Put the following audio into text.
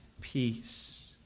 peace